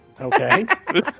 Okay